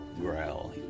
growl